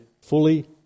fully